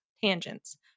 tangents